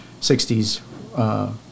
60s